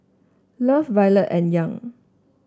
love Violet and Young